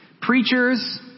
preachers